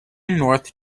north